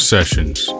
Sessions